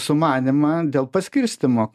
sumanymą dėl paskirstymo